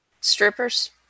Strippers